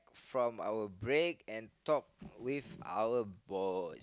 from our break and talk with our boss